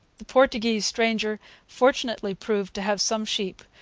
the portuguese stranger fortunately proved to have some sheep,